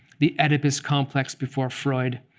the oedipus complex before freud,